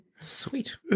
Sweet